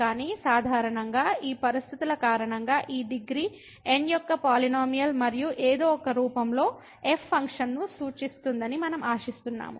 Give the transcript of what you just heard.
కానీ సాధారణంగా ఈ పరిస్థితుల కారణంగా ఈ డిగ్రీ n యొక్క పాలినోమియల్ మరియు ఏదో ఒక రూపంలో f ఫంక్షన్ను సూచిస్తుందని మనం ఆశిస్తున్నాము